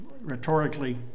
rhetorically